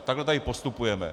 Takhle tady postupujeme.